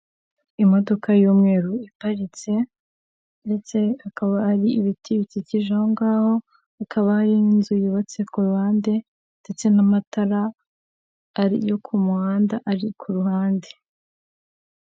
Imodoka y'umweru iparitse ndetse hakaba hari ibiti bikikije ahongaho hakaba hari n'inzu yubatse ku ruhande ndetse n'amatara ari yo ku muhanda ari ku ruhande.